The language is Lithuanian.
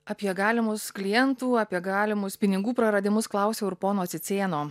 apie galimus klientų apie galimus pinigų praradimus klausiau ir pono cicėno